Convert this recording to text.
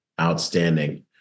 outstanding